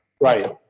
right